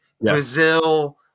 Brazil